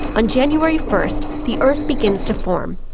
on january first, the earth begins to form.